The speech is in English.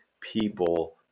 people